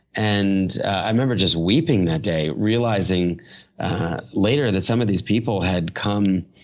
and i remember just weeping that day, realizing later that some of these people had come.